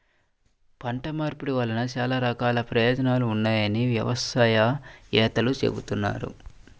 పంట మార్పిడి వలన చాలా రకాల ప్రయోజనాలు ఉన్నాయని వ్యవసాయ వేత్తలు చెబుతున్నారు